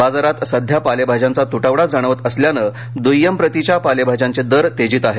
बाजारात सध्या पालेभाज्यांचा तुटवडा जाणवत असल्याने द्य्यम प्रतीच्या पालेभाज्यांचे दर तेजीत आहेत